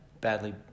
badly